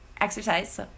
exercise